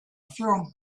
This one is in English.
few